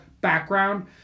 background